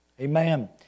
Amen